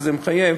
שזה מחייב,